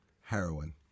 heroin